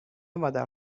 مادر